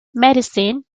medicine